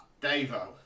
Davo